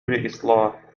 لإصلاح